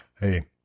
Hey